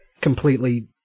completely